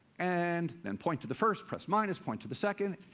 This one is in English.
and then point to the first, press minus, point to the second,